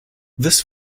this